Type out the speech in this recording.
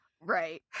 Right